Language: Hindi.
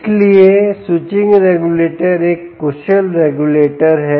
इसलिए स्विचिंग रेगुलेटर एक कुशल रेगुलेटर है